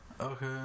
okay